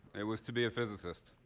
it was to be a physicist.